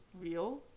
real